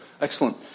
Excellent